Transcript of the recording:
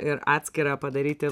ir atskirą padaryti